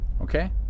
Okay